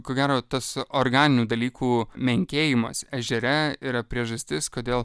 ko gero tas organinių dalykų menkėjimas ežere yra priežastis kodėl